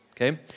okay